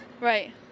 right